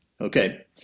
Okay